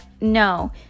No